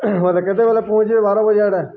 ମୋତେ କେତବେେଳେ ପହଞ୍ଚିବ ବାର ବଜେ ଆଡ଼େ